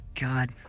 god